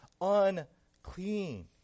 unclean